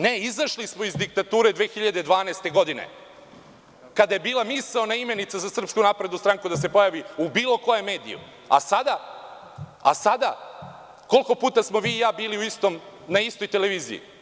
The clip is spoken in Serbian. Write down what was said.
Ne, izašli smo iz diktature 2012. godine, kada je bila misaona imenica za SNS da se pojavi u bilo kom mediju, a sada koliko puta smo vi i ja bili na istoj televiziji?